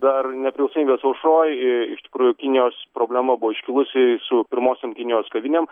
dar nepriklausomybės aušroj a iš tikrųjų kinijos problema buvo iškilusi su pirmosiom kinijos kavinėm